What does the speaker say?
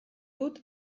dut